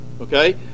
Okay